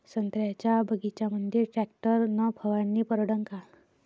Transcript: संत्र्याच्या बगीच्यामंदी टॅक्टर न फवारनी परवडन का?